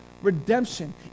Redemption